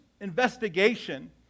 investigation